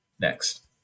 next